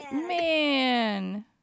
Man